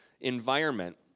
environment